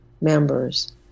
members